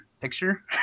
picture